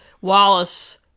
Wallace